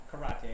karate